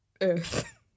earth